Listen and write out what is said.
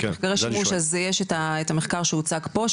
יש את המחקר שהוצג פה,